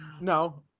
No